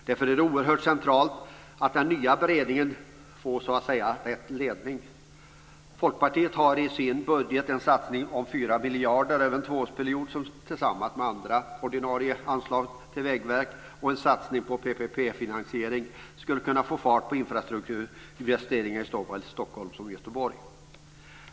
Därför är det oerhört centralt att den nya beredningen får "rätt" ledning. Folkpartiet har i sin budget en satsning på 4 miljarder över en tvåårsperiod, som tillsammans med ordinarie anslag till Vägverket och en satsning på PPP finansiering skulle kunna få fart på infrastrukturinvesteringar i såväl Stockholm som Göteborg.